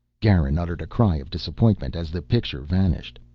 garin uttered a cry of disappointment as the picture vanished.